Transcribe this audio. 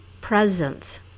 presence